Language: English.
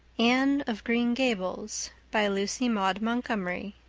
anne of green gables, by lucy maud montgomery